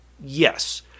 Yes